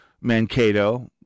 Mankato